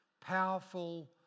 powerful